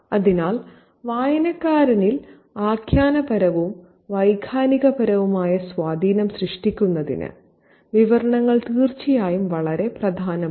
അതിനാൽ വായനക്കാരിൽ ആഖ്യാനപരവും വൈകാരികവുമായ സ്വാധീനം സൃഷ്ടിക്കുന്നതിന് വിവരണങ്ങൾ തീർച്ചയായും വളരെ പ്രധാനമാണ്